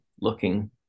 looking